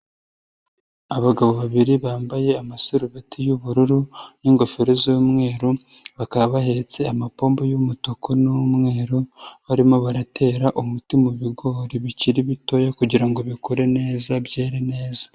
Abagabo babiri bambaye amaserubeti y'ubururu n'ingofero z'umweru, bakaba bahetse amapombo y'umutuku n'umweru, barimo baratera umuti mubigori bikiri bitoya kugira ngo bikure neza byere neza.